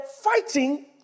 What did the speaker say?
fighting